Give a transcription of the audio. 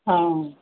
हां